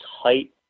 height